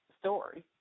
story